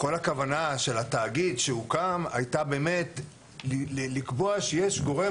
כל הכוונה של התאגיד שהוקם הייתה לקבוע שיש גורם